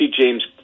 James